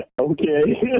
Okay